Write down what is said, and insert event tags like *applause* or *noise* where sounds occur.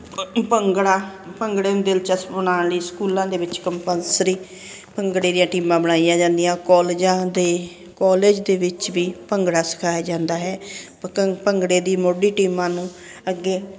ਭੰ ਭੰਗੜਾ ਭੰਗੜੇ ਨੂੰ ਦਿਲਚਸਪ ਬਣਾਉਣ ਲਈ ਸਕੂਲਾਂ ਦੇ ਵਿੱਚ ਕੰਪਲਸਰੀ ਭੰਗੜੇ ਦੀਆਂ ਟੀਮਾਂ ਬਣਾਈਆਂ ਜਾਂਦੀਆਂ ਕੋਲਜਾਂ ਦੇ ਕੋਲਜ ਦੇ ਵਿੱਚ ਵੀ ਭੰਗੜਾ ਸਿਖਾਇਆ ਜਾਂਦਾ ਹੈ *unintelligible* ਭੰਗੜੇ ਦੀ ਮੋਢੀ ਟੀਮਾਂ ਨੂੰ ਅੱਗੇ